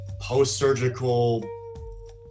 post-surgical